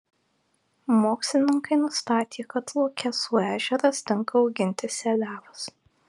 mokslininkai nustatė kad luokesų ežeras tinka auginti seliavas